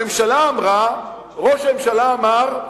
הממשלה אמרה, ראש הממשלה אמר: